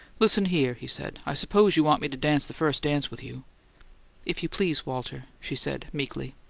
listen here, he said. i suppose you want me to dance the first dance with you if you please, walter, she said, meekly.